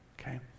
okay